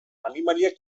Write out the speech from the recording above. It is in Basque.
animaliak